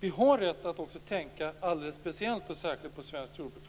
vi har rätt att också tänka alldeles speciellt och särskilt på svenskt jordbruk.